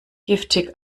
giftig